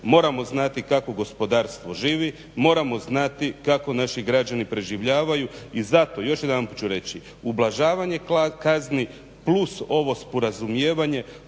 moramo znati kako gospodarstvo živi, moramo znati kako naši građani preživljavaju i zato još jedanput ću reći ublažavanje kazni plus ovo sporazumijevanje,